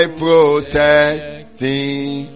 protecting